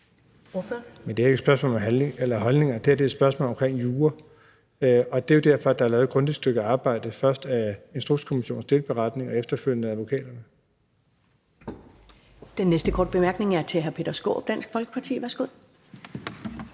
det er jo ikke et spørgsmål om holdninger. Det her er et spørgsmål om jura. Det er derfor, der er lavet et grundigt stykke arbejde, først af Instrukskommissionen med delberetningen og efterfølgende af advokaterne.